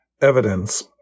evidence